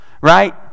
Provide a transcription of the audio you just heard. right